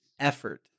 effort